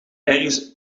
ergens